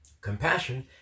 compassion